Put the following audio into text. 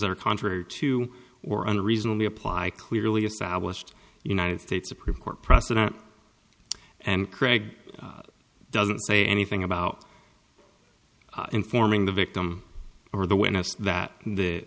that are contrary to warren reasonably apply clearly established united states supreme court precedent and craig doesn't say anything about informing the victim or the witness that th